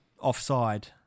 offside